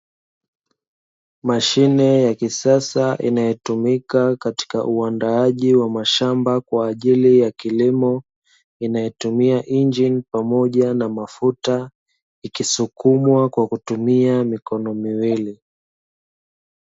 Mashine ya kisasa inayotumika katika uandaaji wa mashamba kwa ajili ya kilimo, inayotumia injini pamoja na mafuta ikisukumwa kwa kutumia mikono miwili.